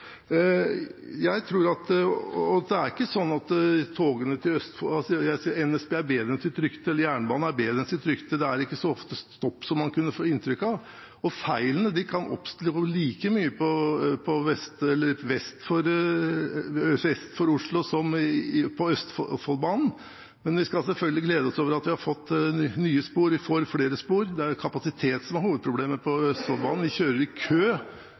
er ikke stopp så ofte som man kan få inntrykk av. Feilene kan oppstå like mye vest for Oslo som på Østfoldbanen, men vi skal selvfølgelig glede oss over at vi har fått nye spor, og at vi får flere spor. Det er kapasitet som er hovedproblemet på Østfoldbanen, der vi kjører i kø